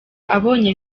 abonye